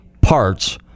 parts